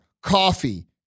coffee